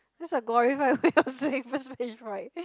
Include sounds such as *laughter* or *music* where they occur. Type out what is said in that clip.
that's like glorified way of saying you have *laughs* stage fright